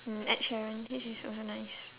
mm ed sheeran his is also nice